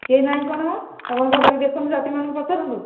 ସେଇ ନାହିଁ କ'ଣ ମ ଆପଣ ଭଲକି ଦେଖନ୍ତୁ ଯାତ୍ରୀମାନଙ୍କୁ ପଚାରନ୍ତୁ